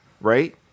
Right